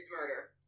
murder